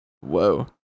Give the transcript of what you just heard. whoa